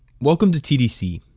welcome to tdc.